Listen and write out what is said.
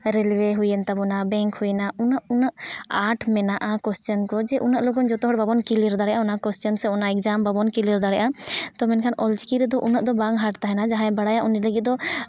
rail ᱳᱭᱮ ᱦᱩᱭᱱᱟ bank ᱦᱩᱭᱱᱟ ᱩᱱᱟᱹᱜ ᱩᱱᱟᱹᱜ ᱟᱨᱴ ᱢᱮᱱᱟᱜᱼᱟ ᱠᱚᱥᱪᱮᱱ ᱠᱚ ᱡᱮ ᱩᱱᱟᱹᱜ ᱞᱚᱜᱚᱱ ᱡᱚᱛᱚ ᱦᱚᱲ ᱵᱟᱵᱚᱱ ᱠᱞᱤᱭᱟᱨ ᱫᱟᱲᱮᱭᱟᱜᱼᱟ ᱚᱱᱟ ᱠᱚᱥᱪᱮᱱ ᱥᱮ ᱚᱱᱟ ᱮᱠᱡᱟᱢ ᱵᱟᱵᱚᱱ ᱠᱞᱤᱭᱟᱨ ᱫᱟᱲᱮᱭᱟᱜᱼᱟ ᱛᱚᱵᱮ ᱢᱮᱱᱠᱷᱟᱱ ᱚᱞ ᱪᱤᱠᱤ ᱨᱮᱫᱚ ᱩᱱᱟᱹᱜ ᱦᱟᱨᱰ ᱵᱟᱝ ᱛᱟᱦᱮᱱᱟ ᱡᱟᱦᱟᱸ ᱵᱟᱲᱟᱭᱟ ᱩᱱᱤ ᱞᱟᱹᱜᱤᱫ ᱫᱚ